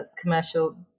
commercial